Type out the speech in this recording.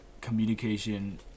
communication